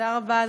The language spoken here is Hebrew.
תודה רבה,